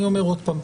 אני אומר עוד פעם,